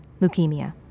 leukemia